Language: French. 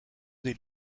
des